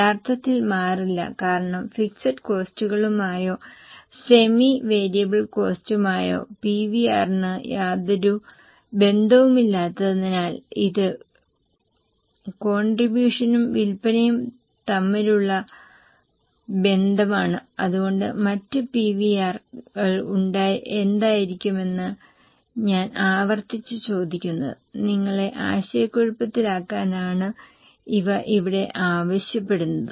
യഥാർഥത്തിൽ മാറില്ല കാരണം ഫിക്സഡ് കോസ്റ്റുകളുമായോ സെമി വേരിയബിൾ കോസ്റ്റുമായോ PVR ന് യാതൊരു ബന്ധവുമില്ലാത്തതിനാൽ ഇത് കോണ്ട്രിബൂഷനും വിൽപ്പനയും തമ്മിലുള്ള ബന്ധമാണ് അതുകൊണ്ടാണ് മറ്റ് PVR കൾ എന്തായിരിക്കുമെന്ന് ഞാൻ ആവർത്തിച്ച് ചോദിക്കുന്നത് നിങ്ങളെ ആശയക്കുഴപ്പത്തിലാക്കാനാണ് അവ ഇവിടെ ആവശ്യപ്പെടുന്നത്